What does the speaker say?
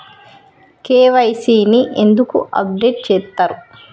KYC ని ఎందుకు update చేత్తరు?